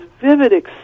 vivid